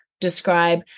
describe